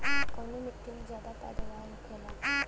कवने मिट्टी में ज्यादा पैदावार होखेला?